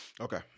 Okay